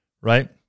right